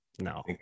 No